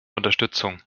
unterstützung